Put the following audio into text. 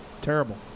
Terrible